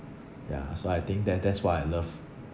ya so I think that that's what I love